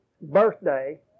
birthday